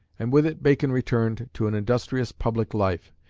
and with it bacon returned to an industrious public life,